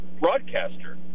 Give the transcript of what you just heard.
broadcaster